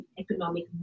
economic